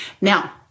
Now